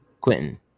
Quentin